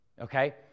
Okay